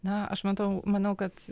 na aš matau manau kad